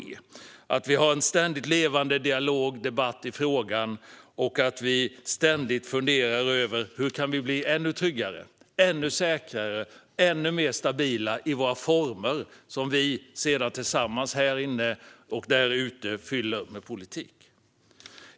Det handlar om att vi har en ständigt levande dialog, debatt, i frågan och om att vi ständigt funderar över: Hur kan vi bli ännu tryggare, ännu säkrare och ännu mer stabila i våra former, som vi sedan tillsammans här inne och där ute fyller med politik.